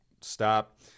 stop